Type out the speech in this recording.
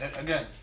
again